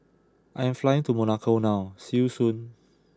I am flying to Monaco now see you soon